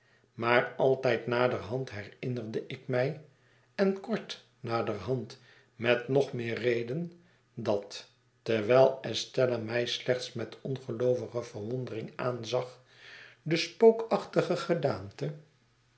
maar altijd naderhand herinnerde ik mij en kort naderhand met nog meer reden dat terwijl estella mij slechts met ongeloovige verwondering aanzag de spookachtige gedaante